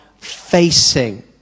facing